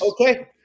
Okay